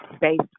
based